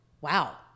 Wow